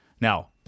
Now